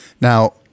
Now